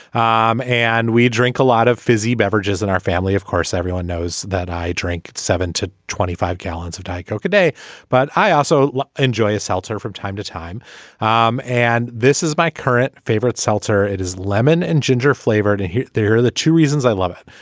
um and we drink a lot of fizzy beverages in our family of course everyone knows that i drink seven to twenty five gallons of diet coke a day but i also enjoy a seltzer from time to time um and this is my current favorite seltzer. it is lemon and ginger flavor to it. they are the two reasons i love it.